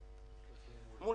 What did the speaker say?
מול